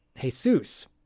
Jesus